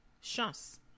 chance